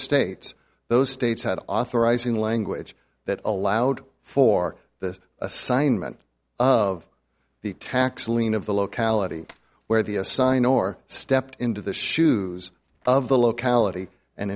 states those states had authorizing language that allowed for the assignment of the tax lien of the locality where the assign or stepped into the shoes of the locality and